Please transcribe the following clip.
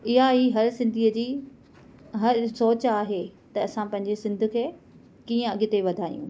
इहा ई हर सिंधीअ जी हर सोच आहे त असां पंहिंजे सिंध खे कीअं अॻिते वधायूं